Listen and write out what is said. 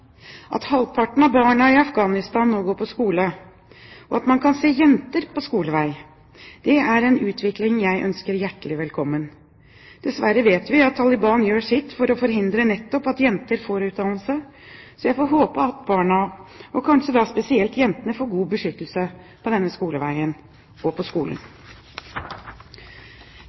at halvparten av barna i Afghanistan nå går på skole, og at man kan se jenter på skolevei. Det er en utvikling jeg ønsker hjertelig velkommen. Dessverre vet vi at Taliban gjør sitt for å forhindre nettopp at jenter får utdannelse. Vi får håpe at barna – og kanskje spesielt jentene – får god beskyttelse på skoleveien og på skolen.